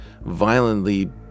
violently